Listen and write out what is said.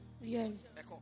Yes